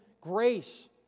grace